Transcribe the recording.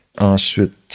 Ensuite